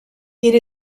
din